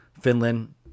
Finland